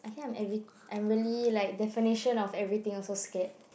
I think I'm every~ I'm really like definition of everything also scared